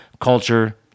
culture